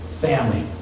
family